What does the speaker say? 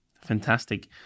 Fantastic